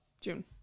June